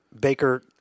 Baker